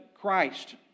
Christ